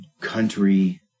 country